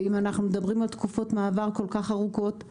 אם אנחנו מדברים על תקופות מעבר כל כך ארוכות אז